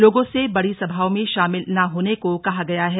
लोगों से बड़ी सभाओं में शामिल न होने को कहा गया है